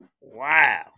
wow